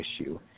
issue